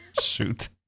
shoot